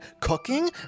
cooking